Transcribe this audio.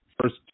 First